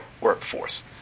workforce